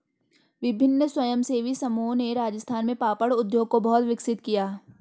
विभिन्न स्वयंसेवी समूहों ने राजस्थान में पापड़ उद्योग को बहुत विकसित किया